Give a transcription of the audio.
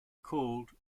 called